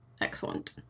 Excellent